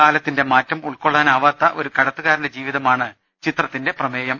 കാലത്തിന്റെ മാറ്റം ഉൾക്കൊള്ളാനാ വാത്ത ഒരു കടത്തുകാരന്റെ ജീവിതമാണ് ചിത്രത്തിന്റെ പ്രമേയം